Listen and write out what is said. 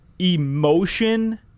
Emotion